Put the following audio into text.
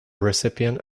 recipient